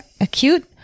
acute